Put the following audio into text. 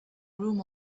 room